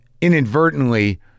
inadvertently